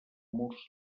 murs